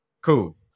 cool